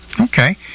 okay